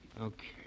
Okay